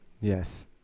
Yes